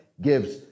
gives